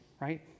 right